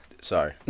Sorry